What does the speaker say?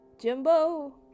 Jimbo